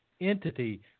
entity